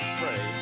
pray